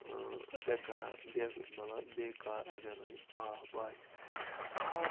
ٲں بےٚ قرار بےٚ مَطلب بیکار اَگر نٔے آب آسہِ آب